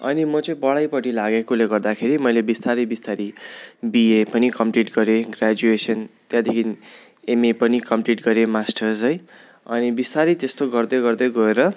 अनि म चाहिँ पढाइपट्टि लागेकोले गर्दाखेरि मैले बिस्तारै बिस्तारी बिए पनि कम्प्लिट गरेँ ग्रयाजुएसन त्यहाँदेखि एमए पनि कम्प्लिट गरेँ मास्टर्स है अनि बिस्तारै त्यस्तो गर्दै गर्दै गएर